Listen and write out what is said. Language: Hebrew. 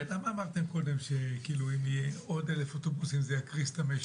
למה אמרתם קודם שאם יהיו עוד 1,000 אוטובוסים זה יקריס את המשק?